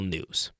News